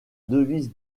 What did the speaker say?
devise